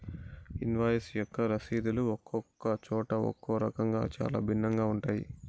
invoice యొక్క రసీదులు ఒక్కొక్క చోట ఒక్కో రకంగా చాలా భిన్నంగా ఉంటాయి